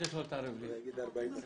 תקבלו 45